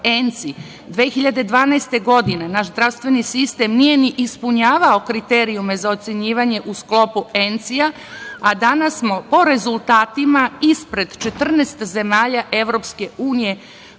2012. godine naš zdravstveni sistem nije ni ispunjavao kriterijume za ocenjivanje u sklopu ENCI-ja, a danas smo po rezultatima ispred 14 zemalja EU